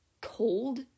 Cold